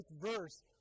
verse